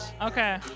okay